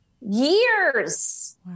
years